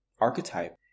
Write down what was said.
archetype